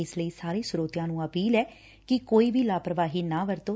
ਇਸ ਲਈ ਸਾਰੇ ਸਰੋਤਿਆਂ ਨੂੰ ਅਪੀਲ ਐ ਕਿ ਕੋਈ ਵੀ ਲਾਪਰਵਾਹੀ ਨਾ ਵਰਤੋਂ